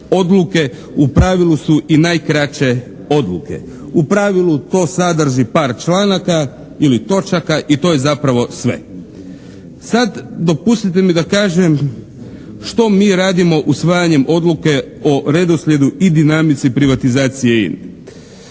u pravilu su i najkraće odluke, u pravilu to sadrži par članaka ili točaka i to je zapravo sve. Sada dopustite mi da kažem što mi radimo usvajanjem odluke o redoslijedu i dinamici privatizacije INA-e.